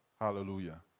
Hallelujah